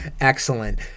Excellent